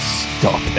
stop